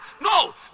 No